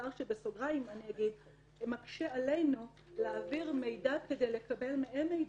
ואני אגיד בסוגריים שזה דבר שמקשה עלינו להעביר מידע כדי לקבל מהם מידע.